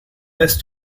rest